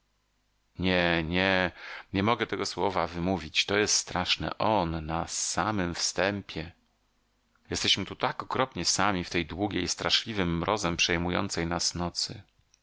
nie nie nie mogę tego słowa wymówić to jest straszne on na samym wstępie jesteśmy tu tak okropnie sami w tej długiej straszliwym mrozem przejmującej nas nocy